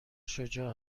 شجاع